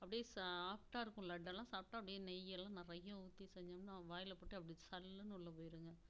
அப்டியே சாஃட்டாயிருக்கும் லட்டெல்லாம் சாப்பிட்டா அப்டியே நெய்யெல்லாம் நிறைய ஊற்றி செஞ்சோம்ன்னா வாயில் போட்டால் அப்டியே சல்லுன்னு உள்ளே போயிடுங்க